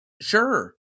Sure